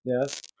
Yes